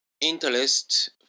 interest